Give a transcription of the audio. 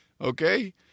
Okay